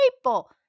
people